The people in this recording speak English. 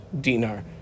dinar